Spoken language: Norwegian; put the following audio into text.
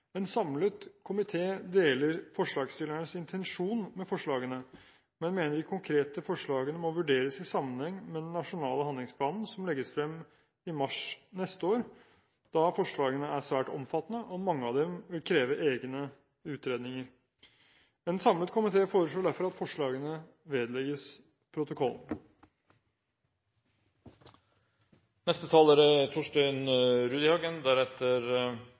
En samlet komité deler forslagsstillernes intensjon med forslagene, men mener de konkrete forslagene må vurderes i sammenheng med den nasjonale handlingsplanen som legges frem i mars neste år, da forslagene er svært omfattende, og mange av dem vil kreve egne utredninger. En samlet komité foreslår derfor at Dokument 8:66 S vedlegges protokollen. Det er,